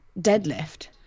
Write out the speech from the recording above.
deadlift